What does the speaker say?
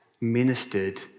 ministered